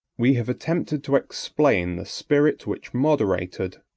we have attempted to explain the spirit which moderated,